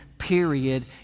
period